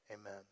Amen